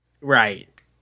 Right